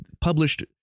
published